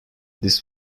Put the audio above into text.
this